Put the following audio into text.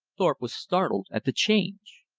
thorpe was startled at the change.